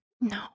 No